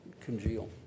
congeal